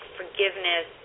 forgiveness